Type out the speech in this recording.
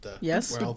Yes